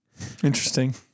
Interesting